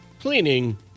cleaning